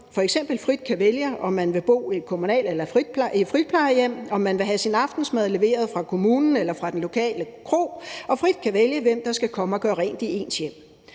f.eks. frit kan vælge, om de vil bo i et kommunalt plejehjem eller et friplejehjem, og om man vil have sin aftensmad leveret fra kommunen eller fra den lokale kro, og frit kan vælge, hvem der skal komme og gøre rent i ens hjem.